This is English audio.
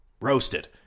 Roasted